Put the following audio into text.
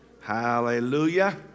Hallelujah